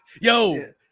Yo